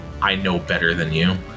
I-know-better-than-you